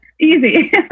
Easy